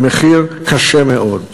במחיר קשה מאוד.